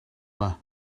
yma